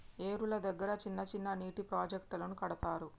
ఏరుల దగ్గర చిన్న చిన్న నీటి ప్రాజెక్టులను కడతారు